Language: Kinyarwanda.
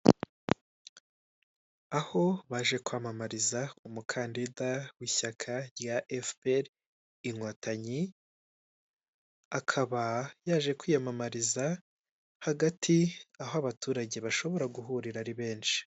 Aho baje kwamamariza umukandida w'ishyaka rya efuperi Inkotanyi, akaba yaje kwiyamamariza hagati aho abaturage bashobora guhurira ari benshi.